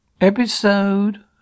Episode